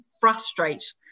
frustrate